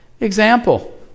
example